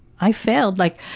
i failed. like,